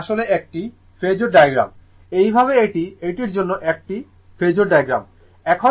এটি আসলে একটি ফেজোর ডায়াগ্রাম এইভাবে এটি এটির জন্য একটি ফেজোর ডায়াগ্রাম